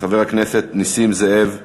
וחבר הכנסת נסים זאב אחריו.